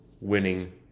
winning